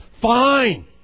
Fine